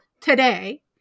today